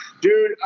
Dude